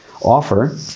offer